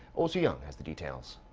oh soo-young has the details.